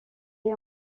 est